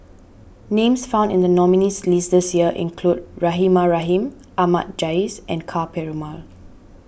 names found in the nominees' list this year include Rahimah Rahim Ahmad Jais and Ka Perumal